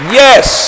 yes